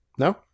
No